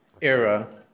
era